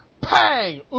Pang